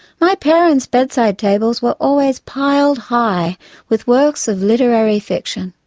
my parents' bedside tables were always piled high with works of literary fiction.